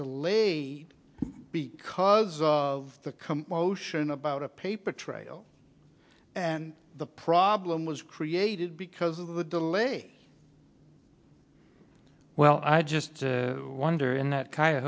delayed because of the motion about a paper trail and the problem was created because of a delay well i just wonder in that